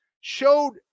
showed